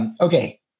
Okay